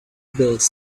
bills